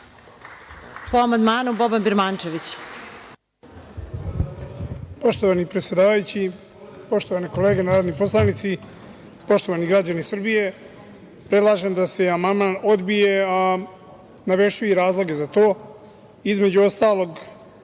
**Boban Birmančević** Poštovani predsedavajući, poštovane kolege narodni poslanici, poštovani građani Srbije, predlažem da se amandman odbije, a navešću i razloge za to. Između ostalog,